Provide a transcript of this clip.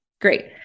great